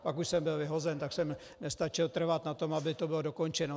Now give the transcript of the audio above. Pak už jsem byl vyhozen, tak jsem nestačil trvat na tom, aby to bylo dokončeno.